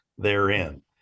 therein